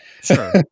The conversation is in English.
Sure